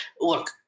Look